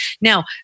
Now